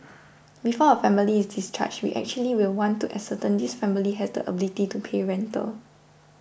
before a family is discharged we actually will want to ascertain this family has the ability to pay rental